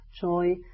joy